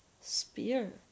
spear